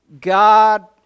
God